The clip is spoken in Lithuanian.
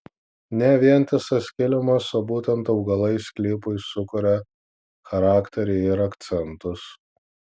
ne vientisas kilimas o būtent augalai sklypui sukuria charakterį ir akcentus